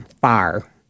Fire